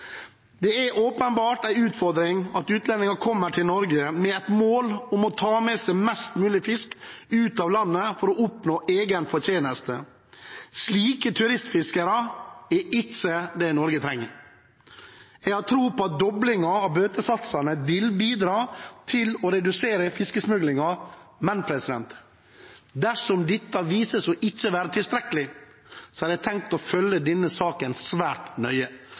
Det er åpenbart en utfordring at utlendinger kommer til Norge med et mål om å ta med seg mest mulig fisk ut av landet for å oppnå egen fortjeneste. Slike turistfiskere er ikke det Norge trenger. Jeg har tro på at doblingen av bøtesatsene vil bidra til å redusere fiskesmuglingen, men dersom dette viser seg å ikke være tilstrekkelig, har jeg tenkt å følge denne saken svært nøye.